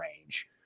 range